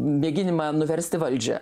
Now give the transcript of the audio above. mėginimą nuversti valdžią